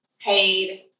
paid